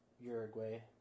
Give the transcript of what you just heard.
Uruguay